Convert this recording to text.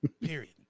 period